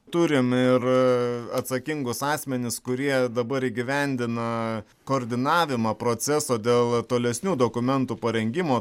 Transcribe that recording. turim ir atsakingus asmenis kurie dabar įgyvendina koordinavimą proceso dėl tolesnių dokumentų parengimo